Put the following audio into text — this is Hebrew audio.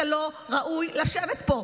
אתה לא ראוי לשבת פה.